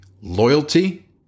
loyalty